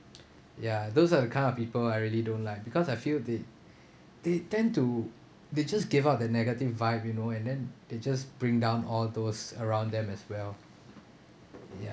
ya those are the kind of people I really don't like because I feel they they tend to they just give out the negative vibe you know and then they just bring down all those around them as well ya